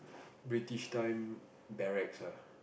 British time barracks ah